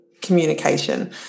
communication